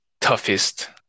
toughest